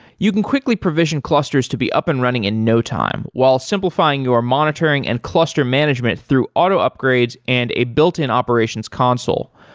you can quickly provision clusters to be up and running in no time while simplifying your monitoring and cluster management through auto upgrades and a built-in operations console.